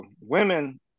women